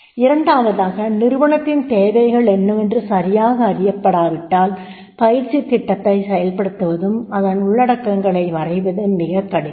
இரண்டாவதாக நிறுனத்தின் தேவைகள் என்னவென்று சரியாக அறியப்படாவிட்டால் பயிற்சித் திட்டத்தை செயல்படுத்துவதும் அதன் உள்ளடக்கங்களை வரைவதும் மிகக் கடினம்